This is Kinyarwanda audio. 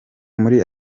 muri